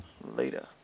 Later